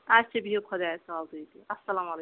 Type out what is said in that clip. اچھا بِہِو خۄدایس حوالہ تُہۍ تہِ اسلامُ علیکُم